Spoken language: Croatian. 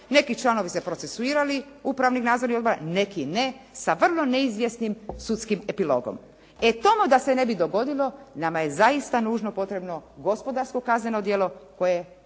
neki članovi se procesuirali upravnih i nadzornih odbora, neki ne sa vrlo neizvjesnim sudskim epilogom. E, to da se ne bi dogodilo nama je zaista nužno potrebno gospodarsko kazneno djelo koje